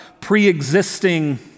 pre-existing